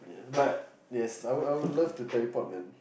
but yes I would I would love to teleport man